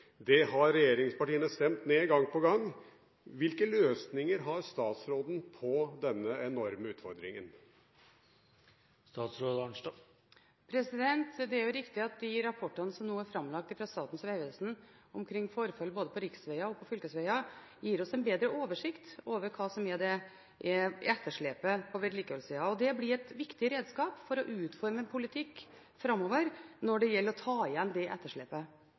Det har regjeringspartiene stemt ned gang på gang. Hvilke løsninger har statsråden på denne enorme utfordringen? Det er riktig at de rapportene som nå er framlagt av Statens vegvesen om forfall, både på riksveger og på fylkesveger, gir oss en bedre oversikt over hva som er etterslepet på vedlikeholdssiden. Det blir et viktig redskap for å utforme politikken framover når det gjelder å ta igjen det etterslepet.